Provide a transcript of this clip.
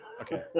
Okay